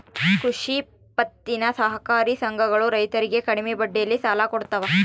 ಕೃಷಿ ಪತ್ತಿನ ಸಹಕಾರಿ ಸಂಘಗಳು ರೈತರಿಗೆ ಕಡಿಮೆ ಬಡ್ಡಿಯಲ್ಲಿ ಸಾಲ ಕೊಡ್ತಾವ